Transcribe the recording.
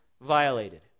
violated